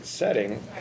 Setting